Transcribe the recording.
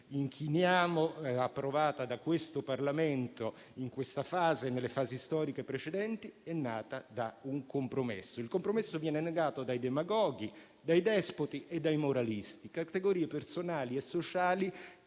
inchiniamo, approvata da questo Parlamento in questa e nelle fasi storiche precedenti, è nata da un compromesso. Il compromesso viene negato dai demagoghi, dai despoti e dai moralisti, categorie personali e sociali